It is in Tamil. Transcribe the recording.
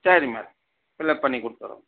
சரி மேடம் ஃபில்அப் பண்ணி கொடுத்துற